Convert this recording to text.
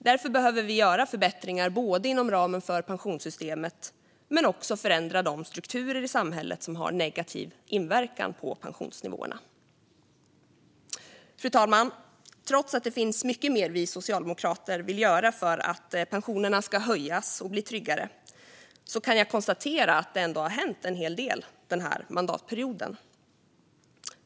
Därför behöver vi göra förbättringar inom ramen för pensionssystemet, men också förändra de strukturer i samhället som har negativ inverkan på pensionsnivåerna. Fru talman! Trots att det finns mycket mer vi socialdemokrater vill göra för att pensionerna ska höjas och bli tryggare kan jag konstatera att det ändå har hänt en hel del denna mandatperiod.